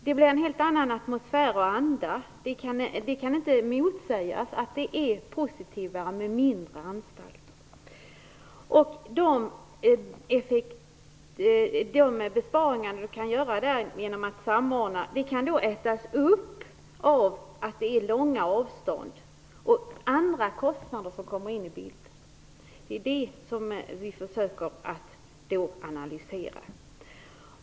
Det blir där en helt annan atmosfär och anda, och det är ovedersägligt att det är positivare med mindre anstalter. De besparingar som kan göras genom samordning kan ätas upp av kostnader för långa avstånd och annat som kommer in i bilden. Det är sådant som vi försöker analysera.